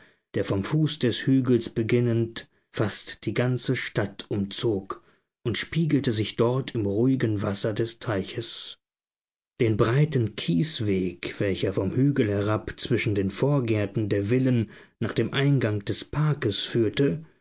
der vom fuß des hügels beginnend fast die ganze stadt umzog und spiegelte sich dort im ruhigen wasser des teiches den breiten kiesweg welcher vom hügel herab zwischen den vorgärten der villen nach dem eingang des parkes führte